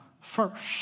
first